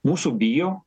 mūsų bijo